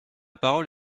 parole